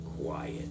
quiet